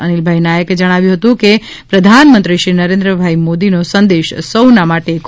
અનિલભાઈ નાયકે જણાવ્યું હતું કે પ્રધાનમંત્રીશ્રી નરેન્દ્રભાઈ મોદીનો સંદેશ સૌના માટે ખૂબ જ ઉપયોગી છે